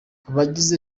abagize